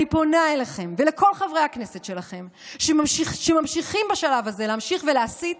אני פונה אליכם ולכל חברי הכנסת שלכם שממשיכים בשלב הזה להמשיך ולהסית,